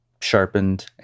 Sharpened